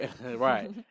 Right